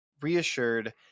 reassured